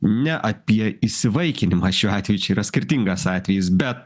ne apie įsivaikinimą šiuo atveju čia yra skirtingas atvejis bet